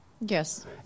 Yes